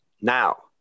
Now